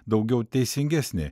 daugiau teisingesnė